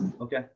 okay